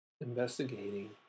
investigating